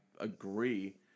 agree